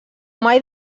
mai